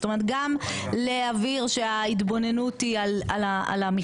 זאת אומרת גם להבהיר שההתבוננות היא על המכלול